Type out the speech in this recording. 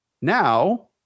Now